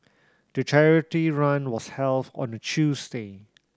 the charity run was held on a Tuesday